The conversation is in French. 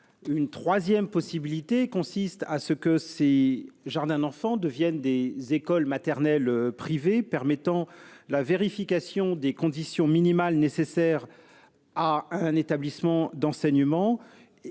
Une troisième possibilité consiste à ce que ces jardins d'enfants deviennent des écoles maternelles privées, ce qui permettrait la vérification des conditions minimales nécessaires à un établissement d'enseignement